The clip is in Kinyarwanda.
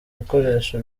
bikoresho